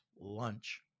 lunch